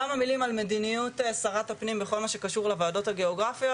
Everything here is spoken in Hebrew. כמה מלים על מדיניות שרת הפנים בכל מה שקשור לוועדות הגיאוגרפיות.